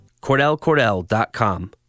CordellCordell.com